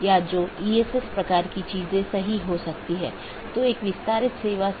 BGP सत्र की एक अवधारणा है कि एक TCP सत्र जो 2 BGP पड़ोसियों को जोड़ता है